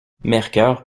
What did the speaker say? mercœur